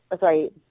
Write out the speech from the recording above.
sorry